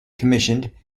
commissioned